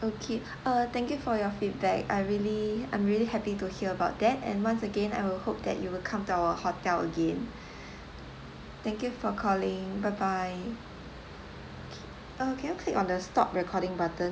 okay uh thank you for your feedback I really I'm really happy to hear about that and once again I would hope that you will come to our hotel again thank you for calling bye bye K uh can you click on the stop recording button